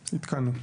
עדכנו.